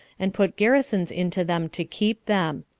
and put garrisons into them to keep them.